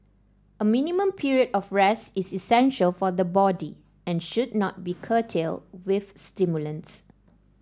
a minimum period of rest is essential for the body and should not be curtailed with stimulants